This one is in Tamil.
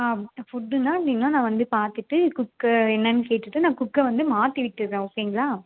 ஆ ஃபுட்டுனா அப்படினா நான் வந்து பார்த்துட்டு குக்கை என்னன்னு கேட்டுவிட்டு நான் குக்கை வந்து மாற்றி விட்டுடுறேன் ஓகேங்களா